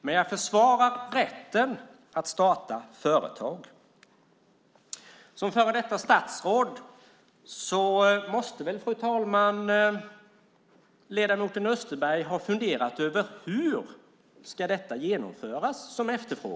Men jag försvarar rätten att starta företag. Som före detta statsråd måste väl ledamoten Österberg ha funderat på hur det som efterfrågas ska genomföras. Hur ska det ske?